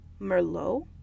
Merlot